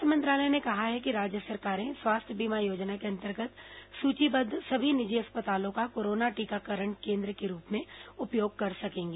स्वास्थ्य मंत्रालय ने कहा है कि राज्य सरकारें स्वास्थ्य बीमा योजना के अंतर्गत सुचीबद्ध सभी निजी अस्पतालों का कोरोना टीकाकरण केन्द्र के रूप में उपयोग कर सकेंगी